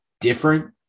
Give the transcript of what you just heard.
different